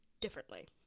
differently